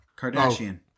Kardashian